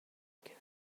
بینگ